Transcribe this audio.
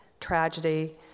tragedy